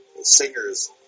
singers